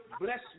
bless